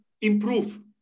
improve